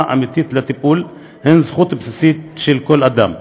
אמיתית לטיפול היא זכות בסיסית של כל אדם.